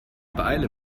beeile